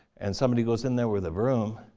and somebody goes in there with a broom,